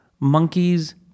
monkeys